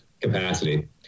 capacity